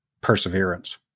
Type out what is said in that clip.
perseverance